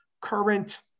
current